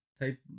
type